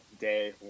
day